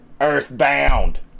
earthbound